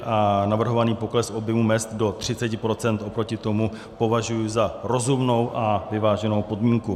A navrhovaný pokles objemu mezd do 30 % oproti tomu považuji za rozumnou a vyváženou podmínku.